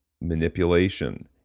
manipulation